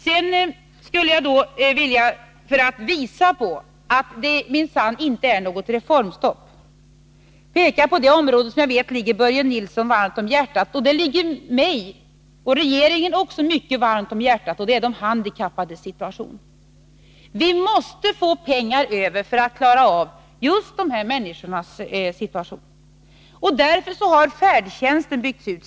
Sedan skulle jag, för att visa på att det minsann inte är något reformstopp, vilja peka på ett område som jag vet ligger Börje Nilsson varmt om hjärtat — det ligger också mig och regeringen mycket varmt om hjärtat — nämligen de handikappades situation. Vi måste få pengar över för att klara av just dessa människors situation. Därför har färdtjänsten byggts ut.